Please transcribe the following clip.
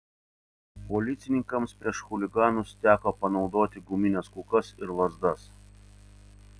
policininkams prieš chuliganus teko panaudoti gumines kulkas ir lazdas